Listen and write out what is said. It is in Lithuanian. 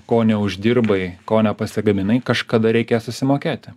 ko neuždirbai ko ne pasigaminai kažkada reikia susimokėti